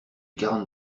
quarante